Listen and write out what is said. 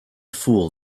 fool